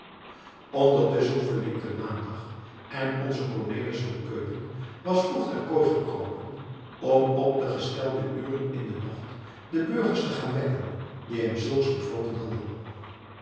ondertusschen verliep de maandag en onze cornelis van keulen was vroeg ter kooi gekropen om op de gestelde uren in den nacht de burgers te gaan wekken die hem zulks bevolen hadden